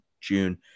June